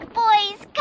boy's